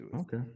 Okay